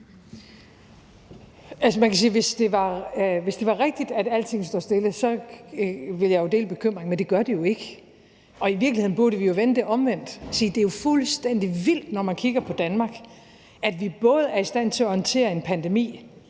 hvis det var rigtigt, at alting stod stille, så ville jeg dele bekymringen, men det gør det jo ikke. I virkeligheden burde vi jo vende det om og sige, at det jo er fuldstændig vildt, når man kigger på Danmark, at vi både er i stand til at håndtere en pandemi,